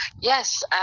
yes